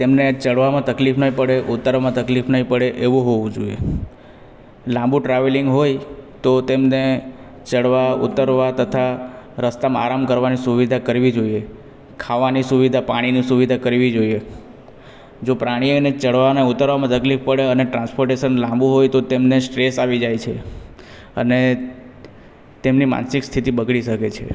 તેમને ચડવામાં તકલીફ નહીં પડે ઉતરવામાં તકલીફ નહીં પડે એવું હોવું જોઈએ લાંબુ ટ્રાવેલિંગ હોય તો તેમને ચડવા ઉતરવા તથા રસ્તામાં આરામ કરવાની સુવિધા કરવી જોઈએ ખાવાની સુવિધા પાણીની સુવિધા કરવી જોઈએ જો પ્રાણીઓને ચડવા અને ઉતરવામાં તકલીફ પડે અને ટ્રાન્સપોટેશન લાંબુ હોય તો એમને સ્ટ્રેસ આવી જાય છે અને તેમની માનસિક સ્થતિ બગડી શકે છે